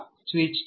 તો આ સ્વિચ છે